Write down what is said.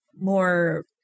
more